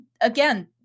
again